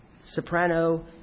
soprano